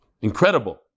incredible